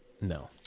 No